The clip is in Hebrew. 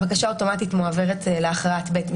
אוטומטית הבקשה מועברת להכרעת בית משפט.